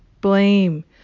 blame